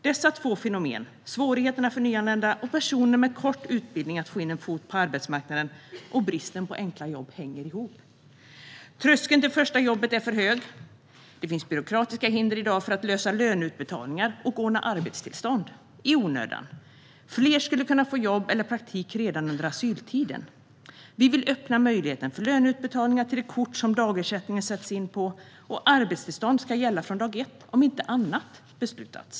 Dessa två fenomen - svårigheterna för nyanlända och personer med kort utbildning att få in en fot på arbetsmarknaden och bristen på enkla jobb - hänger ihop. Tröskeln till det första jobbet är för hög. Det finns byråkratiska hinder i dag för att lösa löneutbetalningar och ordna arbetstillstånd. Allt sker i onödan. Fler skulle kunna få jobb eller praktik redan under asyltiden. Vi vill öppna möjligheten för löneutbetalningar till det kort som dagersättningen sätts in på, och arbetstillstånd ska gälla från dag ett om inte annat har beslutats.